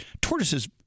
Tortoises